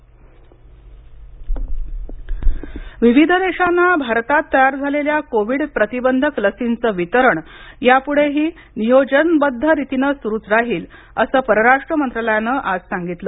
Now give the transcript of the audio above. लस प्रवठा विविध देशांना भारतात तयार झालेल्या कोविड प्रतिबंधक लसींचं वितरण यापुढेही नियोजनबद्धरितीनं सुरूच राहील असं परराष्ट्र मंत्रालयानं आज सांगितलं